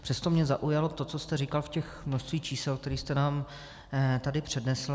Přesto mě zaujalo to, co jste říkal v tom množství čísel, která jste nám tady přednesl.